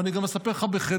ואני גם אספר לך בכנות,